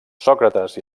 sòcrates